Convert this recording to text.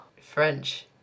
French